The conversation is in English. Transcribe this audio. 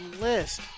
list